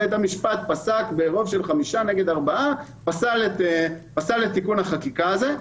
בית המשפט פסל את תיקון החקיקה הזה.